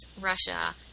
Russia